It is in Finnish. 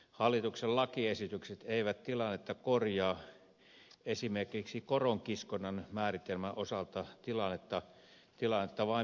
hallituksen lakiesitykset eivät tilannetta korjaa esimerkiksi koronkiskonnan määritelmän osalta tilannetta vain pahentavat